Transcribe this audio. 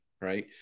Right